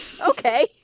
Okay